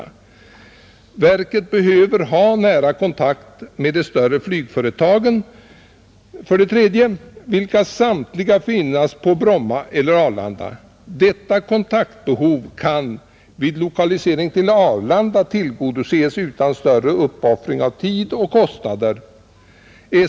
3) Verket behöver ha nära kontakt med de större flygföretagen, vilka samtliga finnas på Bromma eller Arlanda, Detta kontaktbehov kan vid lokalisering till Arlanda tillgodoses utan större uppoffring av tid och kostnader.